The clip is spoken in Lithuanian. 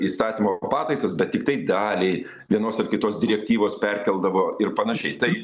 įstatymo pataisas bet tiktai dalį vienos ar kitos direktyvos perkeldavo ir panašiai tai